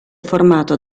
formato